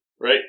right